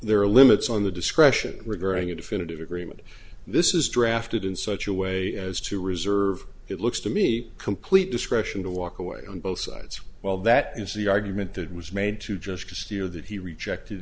there are limits on the discretion regarding a definitive agreement this is drafted in such a way as to reserve it looks to me complete discretion to walk away on both sides well that is the argument that was made to just disappear that he rejected